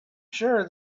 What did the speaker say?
sure